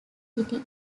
city